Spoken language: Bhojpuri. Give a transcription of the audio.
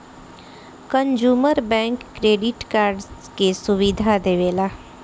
कंजूमर बैंक क्रेडिट कार्ड के सुविधा देवेला